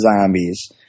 zombies